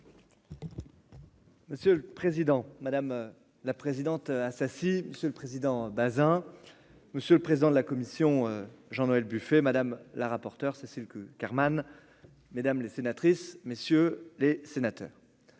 Monsieur le président, madame la présidente, ah ça, si ce le président Bazin, monsieur le président de la commission Jean Noël Buffet madame la rapporteure Cécile que mesdames les sénatrices, messieurs les sénateurs,